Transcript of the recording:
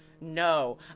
No